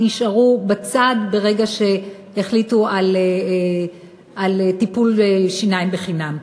נשארו בצד ברגע שהחליטו על טיפול שיניים בחינם.